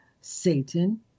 Satan